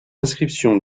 inscription